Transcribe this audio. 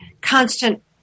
constant